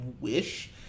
wish